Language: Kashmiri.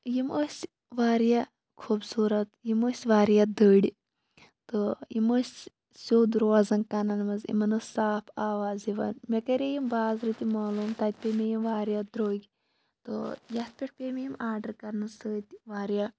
یِم ٲسۍ واریاہ خوٗبصوٗرت یِم ٲسۍ واریاہ دٔرۍ تہٕ یِم ٲسۍ سیٚود روزان کَنَن منٛز یِمَن ٲس صاف آواز یِوان مےٚ کَرے یِم بازرٕ تہِ معلوٗم تَتہِ پے مےٚ یِم واریاہ درٛوٚگۍ تہٕ یَتھ پٮ۪ٹھ پے مےٚ یِم آرڈَر کَرنہٕ سۭتۍ واریاہ